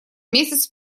месяц